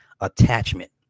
attachment